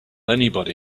anybody